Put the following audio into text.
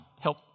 help